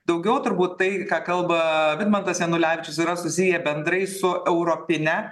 daugiau turbūt tai ką kalba vidmantas janulevičius yra susiję bendrai su europine